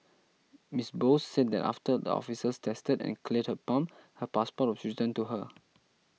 Miss Bose said that after the officers tested and cleared her pump her passport was returned to her